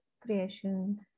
creation